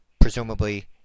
presumably